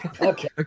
Okay